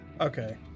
Okay